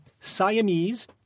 Siamese